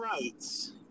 rights